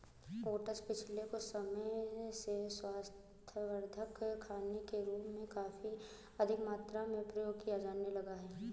oats पिछले कुछ समय से स्वास्थ्यवर्धक खाने के रूप में काफी अधिक मात्रा में प्रयोग किया जाने लगा है